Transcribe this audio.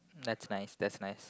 that's nice that's nice